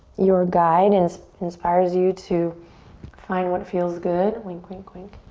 your guide and inspires you to find what feels good, wink, wink, wink,